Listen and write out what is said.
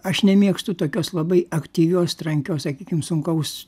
aš nemėgstu tokios labai aktyvios trankios sakykim sunkaus